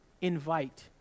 invite